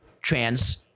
trans